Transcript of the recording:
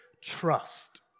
trust